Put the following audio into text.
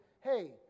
hey